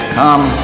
come